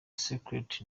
scarlett